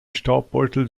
staubbeutel